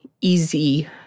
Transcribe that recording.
easy